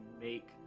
make